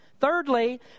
Thirdly